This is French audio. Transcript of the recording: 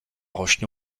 roche